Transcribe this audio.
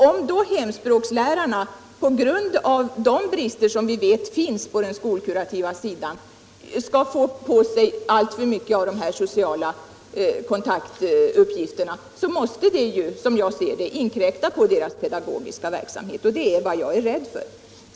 Om hemspråkslärarna — på grund av de brister som vi vet finns på den skolkurativa sidan — skall få alltför mycket av de uppgifter som rör den sociala kontakten måste det, som jag ser det, inkräkta på deras pedagogiska verksamhet. Det är vad jag är rädd för.